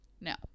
No